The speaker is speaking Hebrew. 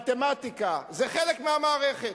מתמטיקה, זה חלק מהמערכת,